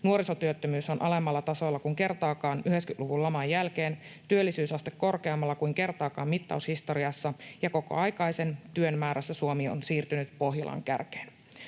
Nuorisotyöttömyys on alemmalla tasolla kuin kertaakaan 90-luvun laman jälkeen, työllisyysaste korkeammalla kuin kertaakaan mittaushistoriassa, ja kokoaikaisen työn määrässä Suomi on siirtynyt Pohjolan kärkeen.